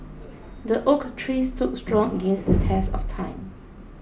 the oak Tree stood strong against the test of time